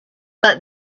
but